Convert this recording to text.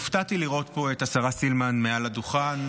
הופתעתי לראות פה את השרה סילמן מעל הדוכן,